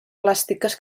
plàstiques